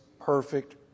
Perfect